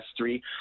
S3